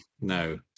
No